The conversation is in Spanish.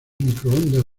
microondas